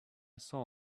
saw